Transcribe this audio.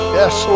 yes